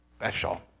special